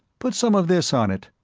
put some of this on it.